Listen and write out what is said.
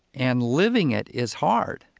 and living it is hard